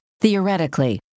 Theoretically